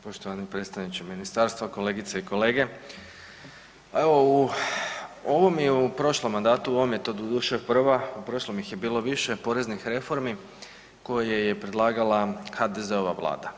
Poštovani predstavniče ministarstva, kolegice i kolege, pa evo u ovom i u prošlom mandatu u ovom je to doduše prva u prošlom ih je bilo više poreznih reformi koje je predlagala HDZ-ova Vlada.